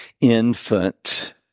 infant